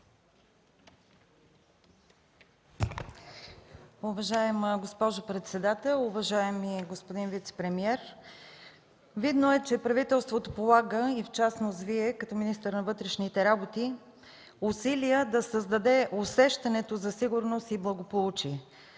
Уважаема госпожо председател, уважаеми господин вицепремиер! Видно е, че правителството, в частност Вие, като министър на вътрешните работи, полагате усилия да създадете усещането за сигурност и благополучие.